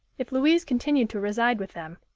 if louise continued to reside with them,